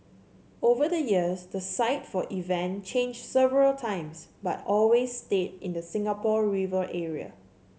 over the years the site for event changed several times but always stayed in the Singapore River area